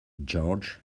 george